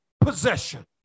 possession